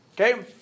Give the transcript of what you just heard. okay